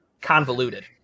convoluted